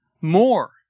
more